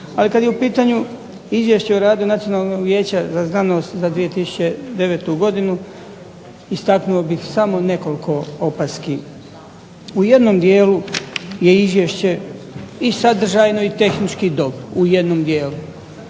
Ali kada je u pitanju Izvješće o radu Nacionalnog vijeća za znanost za 2009. godinu istaknuo bih samo nekoliko opaski. U jednom dijelu je izvješće i sadržajno i tehnički dobro, u jednom dijelu.